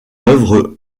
œuvre